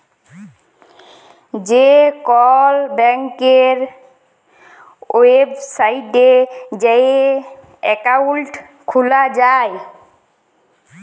যে কল ব্যাংকের ওয়েবসাইটে যাঁয়ে একাউল্ট খুলা যায়